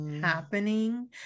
happening